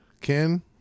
Ken